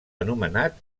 anomenat